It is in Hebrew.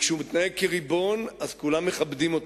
וכשהוא מתנהג כריבון, אז כולם מכבדים אותו.